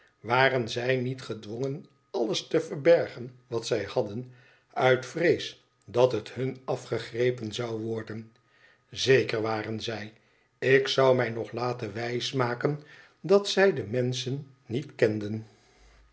waren zij niet gedwongen alles te verbergen wat zij hadden uit vrees dat het hun afgegrepen zou worden zeker waren zij ik zou mij nog laten wijsmaken dat zij de menschen niet kenden